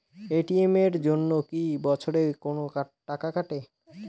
ATM এর জন্যে কি বছরে কোনো টাকা কাটে?